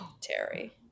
Terry